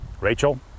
rachel